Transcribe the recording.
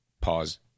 pause